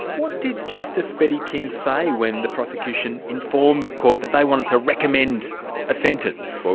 what did justice betty king say when the prosecution informed the court that they wanted to recommend a sentence? so